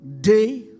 day